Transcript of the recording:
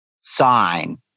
sign